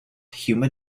humid